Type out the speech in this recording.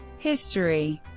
history